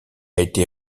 été